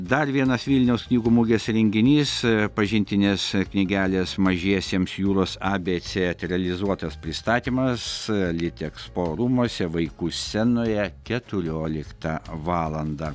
dar vienas vilniaus knygų mugės renginys pažintinės knygelės mažiesiems jūros abc teatralizuotas pristatymas litekspo rūmuose vaikų scenoje keturioliktą valandą